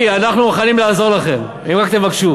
מיקי, אנחנו מוכנים לעזור לכם, אם רק תבקשו.